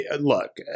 Look